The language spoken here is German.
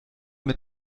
mit